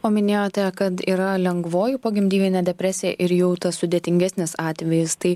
o minėjote kad yra lengvoji pogimdyminė depresija ir jau tas sudėtingesnis atvejis tai